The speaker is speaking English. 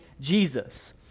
Jesus